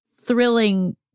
thrilling